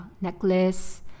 necklace